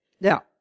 Now